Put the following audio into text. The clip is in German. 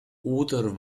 oder